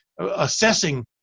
assessing